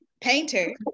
painter